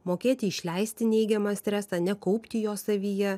mokėti išleisti neigiamą stresą nekaupti jo savyje